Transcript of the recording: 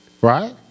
right